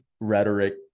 rhetoric